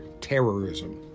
terrorism